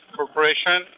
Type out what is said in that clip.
Corporation